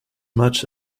much